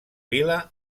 vila